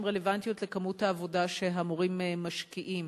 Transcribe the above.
שהן רלוונטיות לכמות העבודה שהמורים משקיעים.